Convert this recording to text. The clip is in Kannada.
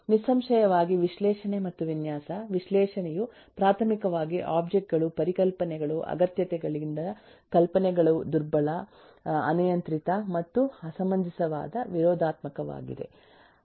ನಿಸ್ಸಂಶಯವಾಗಿ ವಿಶ್ಲೇಷಣೆ ಮತ್ತು ವಿನ್ಯಾಸ ವಿಶ್ಲೇಷಣೆಯು ಪ್ರಾಥಮಿಕವಾಗಿ ಒಬ್ಜೆಕ್ಟ್ ಗಳು ಪರಿಕಲ್ಪನೆಗಳು ಅಗತ್ಯತೆಗಳಿಂದ ಕಲ್ಪನೆಗಳು ದುರ್ಬಲ ಅನಿಯಂತ್ರಿತ ಮತ್ತು ಅಸಮಂಜಸವಾದ ವಿರೋಧಾತ್ಮಕವಾಗಿದೆ